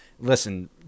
Listen